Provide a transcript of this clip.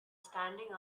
standing